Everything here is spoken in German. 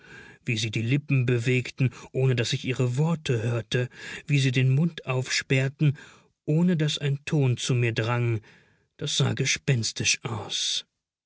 wie sie die lippen bewegten ohne daß ich ihre worte hörte wie sie den mund aufsperrten ohne daß ein ton zu mir drang das sah gespenstisch aus